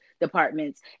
departments